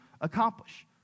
accomplish